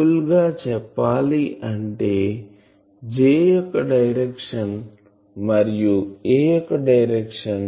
simple గా చెప్పాలి అంటే J యొక్క డైరెక్షన్ మరియు A యొక్క డైరెక్షన్